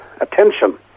attention